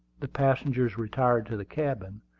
the passengers retired to the cabin,